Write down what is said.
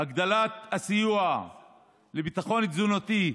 הגדלת הסיוע לביטחון תזונתי,